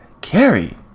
Carrie